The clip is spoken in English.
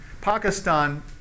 Pakistan